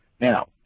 Now